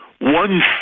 one